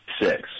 Six